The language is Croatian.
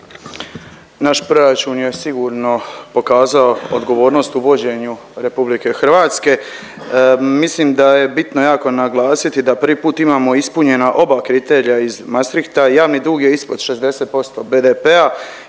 Naš proračun je sigurno pokazao odgovornost u vođenju RH. Mislim da je bitno jako naglasiti da prvi put imamo ispunjena oba kriterija iz Maastrichta, javni dug je ispod 60% BDP-a